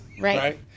right